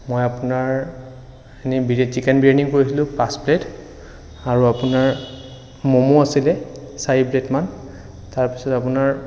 মই আপোনাৰ চিকেন বিৰিয়ানী কৈছিলোঁ পাঁচ প্লেট আৰু আপোনাৰ মম' আছিলে চাৰি প্লেটমান তাৰপিছত আপোনাৰ